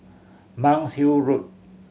Monk's Hill Road